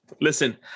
Listen